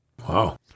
Wow